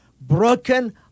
broken